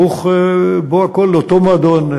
ברוך בוא הכול לאותו מועדון.